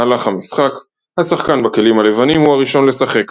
מהלך המשחק השחקן בכלים הלבנים הוא הראשון לשחק.